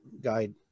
guide